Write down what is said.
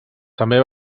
també